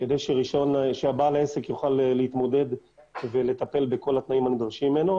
כדי שבעל העסק יוכל להתמודד ולטפל בכל התנאים הנדרשים ממנו?